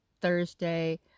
Thursday